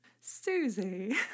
Susie